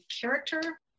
character